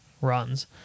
Runs